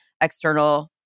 external